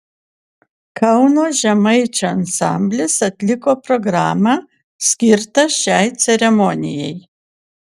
kauno žemaičių ansamblis atliko programą skirtą šiai ceremonijai